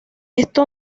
esto